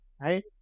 right